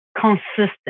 consistent